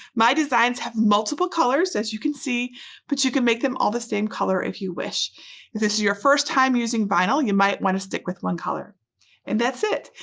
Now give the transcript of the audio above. my designs have multiple colors as you can see but you can make them all the same color if you wish. if this is your first time using vinyl you might want to stick with one color and that's it.